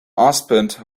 husband